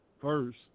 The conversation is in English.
first